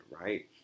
Right